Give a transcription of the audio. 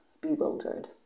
bewildered